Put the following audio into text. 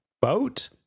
boat